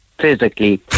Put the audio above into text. physically